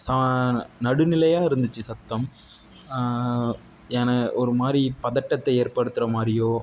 சா நடுநிலையாக இருந்துச்சு சத்தம் என ஒரு மாதிரி பதட்டத்தை ஏற்படுத்துகிற மாதிரியோ